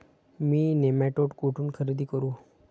मी nematode कुठून खरेदी करू?